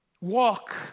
Walk